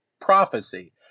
prophecy